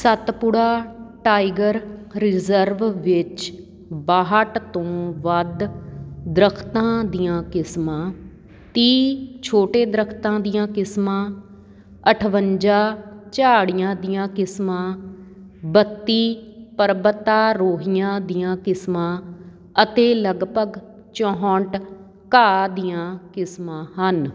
Satpura tiger reserve ਵਿੱਚ ਬਾਹਠ ਤੋਂ ਵੱਧ ਦਰੱਖਤਾਂ ਦੀਆਂ ਕਿਸਮਾਂ ਤੀਹ ਛੋਟੇ ਦਰੱਖਤਾਂ ਦੀਆਂ ਕਿਸਮਾਂ ਅਠਵੰਜਾ ਝਾੜੀਆਂ ਦੀਆਂ ਕਿਸਮਾਂ ਬੱਤੀ ਪਰਬਤਾਰੋਹੀਆਂ ਦੀਆਂ ਕਿਸਮਾਂ ਅਤੇ ਲਗਭਗ ਚੌਂਹਠ ਘਾਹ ਦੀਆਂ ਕਿਸਮਾਂ ਹਨ